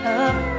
up